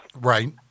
right